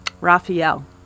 Raphael